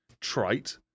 trite